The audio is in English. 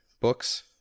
books